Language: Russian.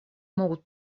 могут